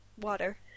Water